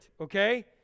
okay